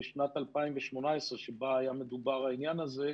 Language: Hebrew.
בשנת 2018 שבה היה מדובר העניין הזה,